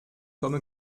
komme